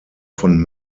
von